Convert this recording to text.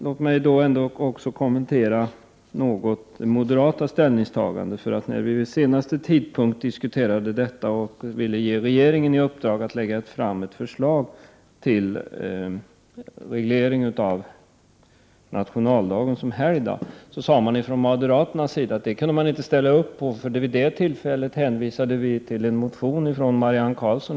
Låt mig något kommentera moderaternas ställningstagande. När vi vid senaste tidpunkt diskuterade denna fråga ville centerpartiet ge regeringen i uppdrag att lägga fram ett förslag om nationaldagen som helgdag. Då sade man från moderaternas sida att man inte kunde ställa sig bakom detta förslag, eftersom vi vid det tillfället hänvisade till en motion av Marianne Karlsson.